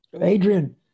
Adrian